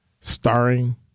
starring